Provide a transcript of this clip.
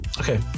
Okay